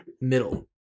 middle